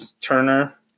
Turner